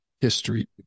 History